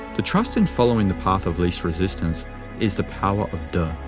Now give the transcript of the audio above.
the trust in following the path of least resistance is the power of te,